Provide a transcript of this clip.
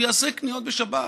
הוא יעשה קניות בשבת.